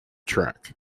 track